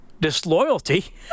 disloyalty